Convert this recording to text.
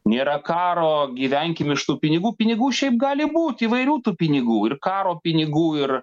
nėra karo gyvenkim iš tų pinigų pinigų šiaip gali būt įvairių tų pinigų ir karo pinigų ir